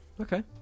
Okay